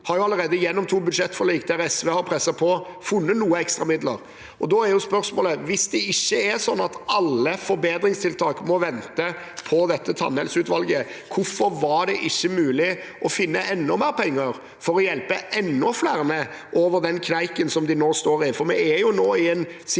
Man har gjennom to budsjettforlik der SV har presset på, allerede funnet noen ekstra midler. Da er spørsmålet: Hvis det ikke er slik at alle forbedringstiltak må vente på dette tannhelseutvalget, hvorfor var det ikke mulig å finne enda mer penger for å hjelpe enda flere over den kneika som de nå står i? Vi er jo nå i en situasjon